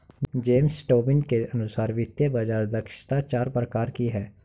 James Tobin के अनुसार वित्तीय बाज़ार दक्षता चार प्रकार की है